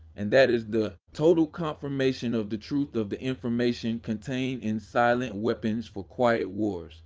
and that is the total confirmation of the truth of the information contained in silent weapons for quiet wars.